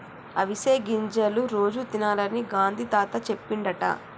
అవిసె గింజలు రోజు తినాలని గాంధీ తాత చెప్పిండట